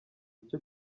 icyo